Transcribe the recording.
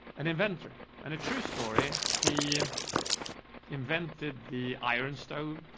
an inventor and a true story. he invented the iron stove.